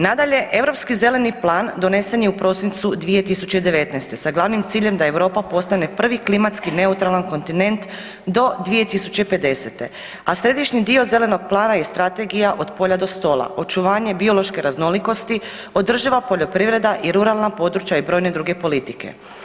Nadalje, Europski zeleni plan donesen je u prosincu 2019. sa glavnim ciljem da Europa postane prvi klimatski neutralan kontinent do 2050., a središnji dio Zelenog plana je Strategija od polja do stola, očuvanje biološke raznolikosti, održiva poljoprivreda i ruralna područja i brojne druge politike.